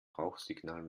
rauchsignal